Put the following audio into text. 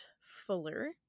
Fuller